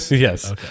Yes